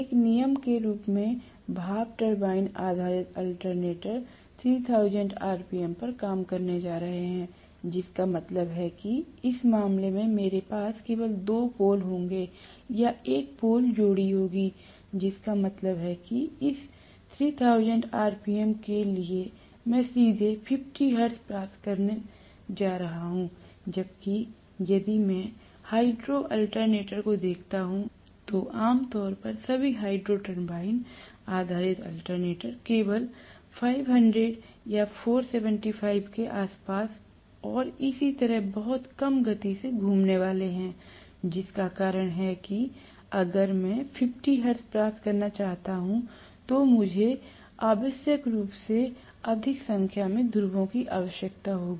एक नियम के रूप में भाप टरबाइन आधारित अल्टरनेटर 3000 आरपीएम पर काम करने जा रहे हैं जिसका मतलब है कि इस मामले में मेरे पास केवल दो पोल होंगे या एक पोल जोड़ी होगी जिसका मतलब है कि इस 3000 आरपीएम के लिए मैं सीधे 50 हर्ट्ज प्राप्त कर सकता हूं जबकि यदि मैं हाइड्रो अल्टरनेटर को देखता हूं तो आम तौर पर सभी हाइड्रो टरबाइन आधारित अल्टरनेटर केवल 500 या 475 के आसपास और इसी तरह बहुत कम गति से घूमने वाले हैं जिसका मतलब है कि अगर मैं 50 हर्ट्ज प्राप्त करना चाहता हूं तो मुझे आवश्यक रूप से अधिक संख्या में ध्रुवों की आवश्यकता है